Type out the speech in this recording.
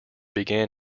began